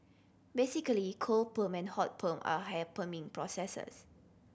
basically cold perm and hot perm are hair perming processes